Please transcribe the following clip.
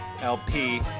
LP